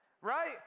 right